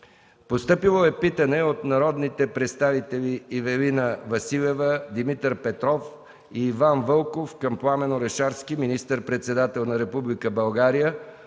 Постъпило е питане от: - народния представител Ивелина Василева, Димитър Петров и Иван Вълков към Пламен Орешарски – министър-председател на Република България,